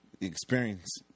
experience